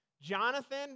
Jonathan